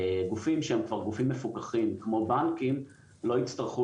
גופים שהם כבר גופים מפוקחים כמו בנקים לא יצטרכו